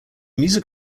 music